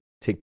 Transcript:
take